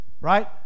Right